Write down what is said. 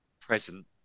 present